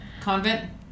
Convent